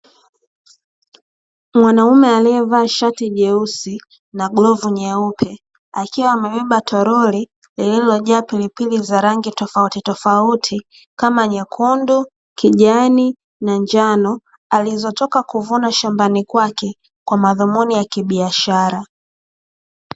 Mwanaume aliyevaa shati jeusi na glavu nyeupe, akiwa amebeba tolori lililojaa pilipili za rangi tofautitofauti, kama; nyekundu, kijani na njano alizotoka kuvuna shambani kwake kwa madhumuni ya kibiashara.